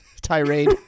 tirade